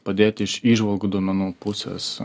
padėti iš įžvalgų duomenų pusės